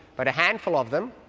but a handful of them,